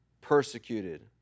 persecuted